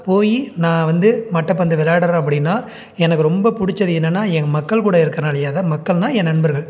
போய் நான் வந்து மட்டைப்பந்து விளாடுறேன் அப்படின்னா எனக்கு ரொம்ப பிடிச்சது என்னன்னால் என் மக்கள் கூட இருக்கிறனாலியே தான் மக்கள்னால் என் நண்பர்கள்